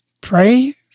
Pray